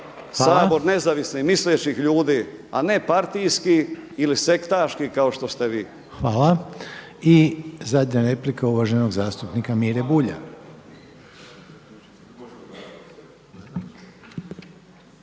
Sabor nezavisnih, mislećih ljudi a ne partijski ili sektaški kao što ste vi. **Reiner, Željko (HDZ)** Hvala. I zadnja replika uvaženog zastupnika Mire Bulja.